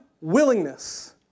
willingness